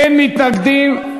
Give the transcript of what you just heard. אין מתנגדים,